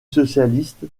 socialiste